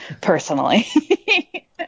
personally